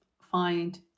find